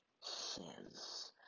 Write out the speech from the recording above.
says